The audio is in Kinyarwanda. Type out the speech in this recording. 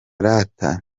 rata